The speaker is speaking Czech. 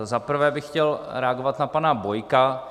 Za prvé bych chtěl reagovat na pana Bojka.